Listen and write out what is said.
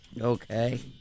Okay